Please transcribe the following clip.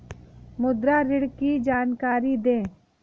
मुद्रा ऋण की जानकारी दें?